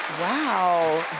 wow,